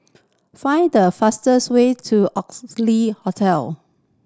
find the fastest way to Oxley Hotel